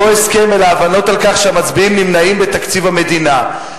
לא הסכם אלא הבנות על כך שהמצביעים נמנעים בתקציב המדינה.